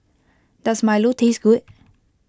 Does Milo taste good